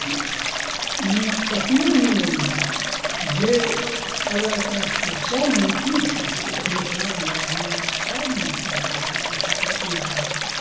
ई कखनहु नहि मोनमे हुए जे अदर कास्ट छी सब मैथिल छी मिथिलामे रहनिहार सब मैथिल छी ताहि दुआरे